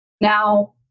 Now